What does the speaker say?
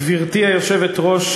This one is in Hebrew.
גברתי היושבת-ראש,